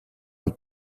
and